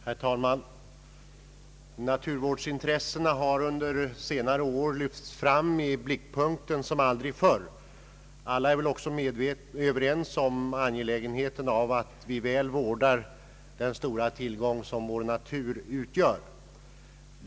Herr talman! Naturvårdsintressena har under senare år lyfts fram i blickpunkten som aldrig förr. Alla är väl också överens om angelägenheten av att vi väl vårdar den stora tillgång som vår natur utgör.